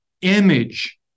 image